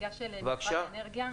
כנציגה של משרד האנרגיה?